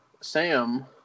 Sam